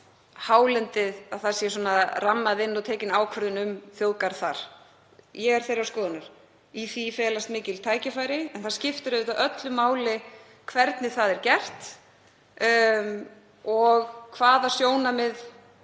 hálendið sé rammað inn og tekin ákvörðun um þjóðgarð þar. Ég er þeirrar skoðunar. Í því felast mikil tækifæri en það skiptir auðvitað öllu máli hvernig það er gert og hvaða sjónarmið